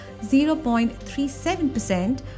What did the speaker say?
0.37%